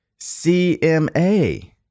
CMA